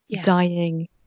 dying